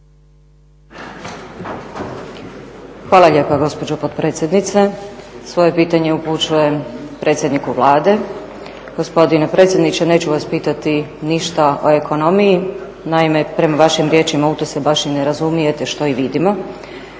Hvala lijepa gospođo potpredsjednice. Svoje pitanje upućujem predsjedniku Vlade. Gospodine predsjedniče neću vas pitati ništa o ekonomiji, naime prema vašim riječima u to se baš i ne razumijete što i vidimo